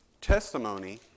testimony